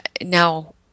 now